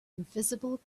invisible